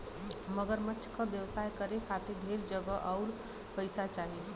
मगरमच्छ क व्यवसाय करे खातिर ढेर जगह आउर पइसा चाही